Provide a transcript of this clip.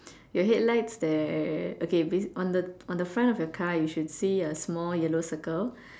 your headlights there okay bas on the on the front of your car you should see a small yellow circle